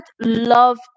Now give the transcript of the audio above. love